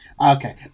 Okay